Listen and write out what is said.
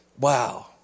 Wow